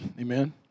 Amen